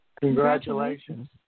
Congratulations